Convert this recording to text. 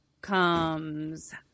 Comes